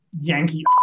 Yankee